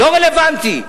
לא רלוונטי.